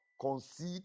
concede